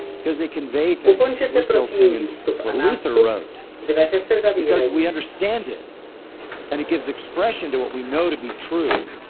because they convey things. we're still singing what luther wrote because we understand it and it gives expression to what we know to be true.